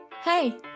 Hey